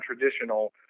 traditional